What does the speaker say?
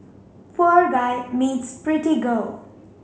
poor guy meets pretty girl